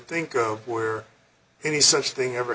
think where any such thing ever